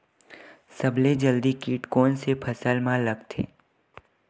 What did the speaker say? सबले जल्दी कीट कोन से फसल मा लगथे?